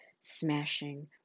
smashing